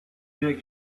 der